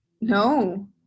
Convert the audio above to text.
No